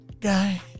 Guy